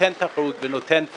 ונותן תחרות ונותן "פייט".